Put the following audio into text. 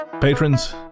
Patrons